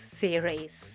series